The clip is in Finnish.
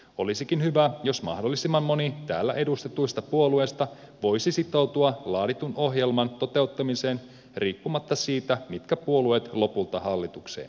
olisikin hyvä jos mahdollisimman moni täällä edustettuina olevista puolueista voisi sitoutua laaditun ohjelman toteuttamiseen riippumatta siitä mitkä puolueet lopulta hallitukseen päätyvät